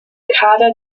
kader